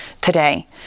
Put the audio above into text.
today